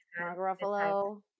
Ruffalo